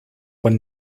were